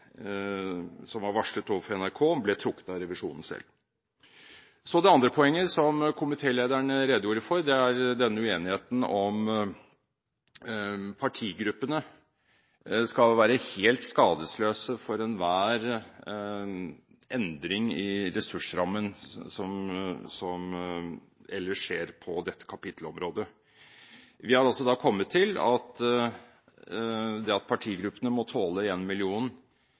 som var varslet overfor NRK, ble trukket av revisjonen selv. Det andre poenget som komitélederen redegjorde for, er denne uenigheten om partigruppene skal være helt skadesløse for enhver endring i ressursrammen som ellers skjer på dette kapittelområdet. Vi har kommet til at det at partigruppene må tåle